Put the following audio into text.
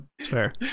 Fair